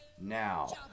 now